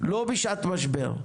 לא בשעת משבר,